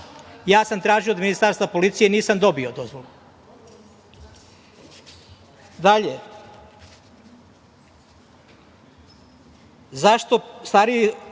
Ja sam tražio od Ministarstva policije, nisam dobio dozvolu. Dalje,